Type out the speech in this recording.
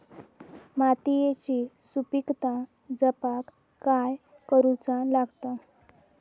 मातीयेची सुपीकता जपाक काय करूचा लागता?